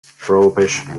prohibition